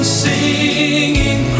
singing